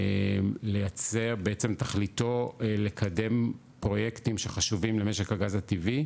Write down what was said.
בעצם תכליתו לקדם פרויקטים שחשובים למשק הגז הטבעי,